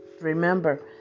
remember